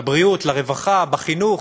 לבריאות, לרווחה, לחינוך.